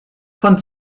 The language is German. von